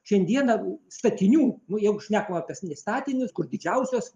šiandieną statinių nu jau šneku apie statinius kur didžiausios